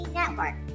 network